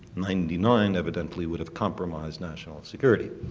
ninety nine evidently would have compromised national security.